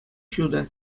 ҫутӑ